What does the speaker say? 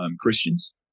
Christians